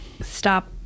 stop